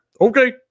Okay